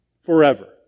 forever